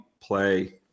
play